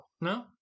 No